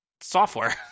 software